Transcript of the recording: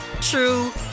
true